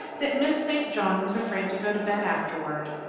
that miss st. john was afraid to go to bed afterward,